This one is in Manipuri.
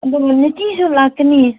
ꯑꯗꯨꯒ ꯅꯨꯡꯇꯤꯁꯨ ꯂꯥꯛꯀꯅꯤ